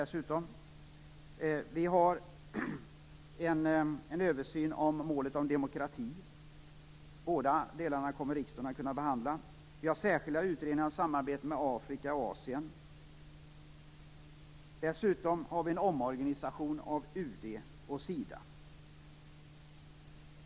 Vidare har vi översynen av målet om demokrati. Båda delarna kommer riksdagen att kunna behandla. Det finns också särskilda utredningar om samarbetet med Afrika och Asien. Dessutom handlar det om en omorganisation av UD och Sida.